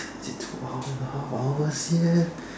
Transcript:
is it two and a half hours yet